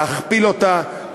להכפיל אותה,